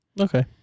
okay